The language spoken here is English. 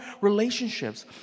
relationships